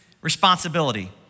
responsibility